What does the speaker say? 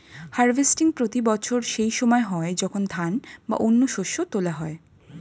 harvesting প্রতি বছর সেই সময় হয় যখন ধান বা অন্য শস্য তোলা হয়